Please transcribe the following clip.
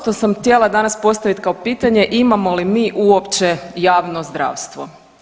Ono što sam htjela danas postaviti kao pitanje imamo li mi uopće javno zdravstvo?